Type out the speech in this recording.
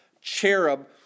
cherub